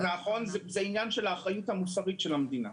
נכון, זה עניין של האחריות המוסרית של המדינה.